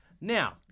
Now